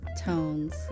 tones